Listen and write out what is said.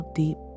deep